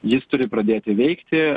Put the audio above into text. jis turi pradėti veikti